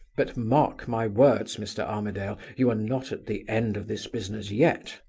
but mark my words, mr. armadale, you are not at the end of this business yet.